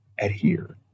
adhere